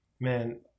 man